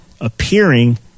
appearing